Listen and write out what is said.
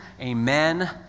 amen